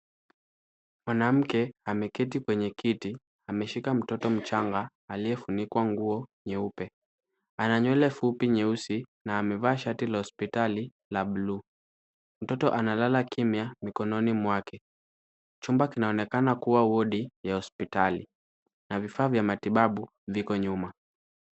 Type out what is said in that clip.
Mwanamke ameketi kwenye kiti ameshika mtoto mchanga aliyefunikwa nguo nyeupe. Ana nywele fupi nyeusi na amevaa shati la hospitali la bluu. Mtoto analala kimya mikononi mwake. Chumba kinaonekana kuwa wodi ya hospitali na vifaa vya matibabu viko nyuma.